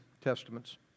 Testaments